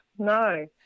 No